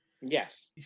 Yes